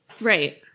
Right